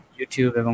YouTube